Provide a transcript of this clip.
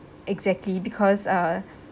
exactly because uh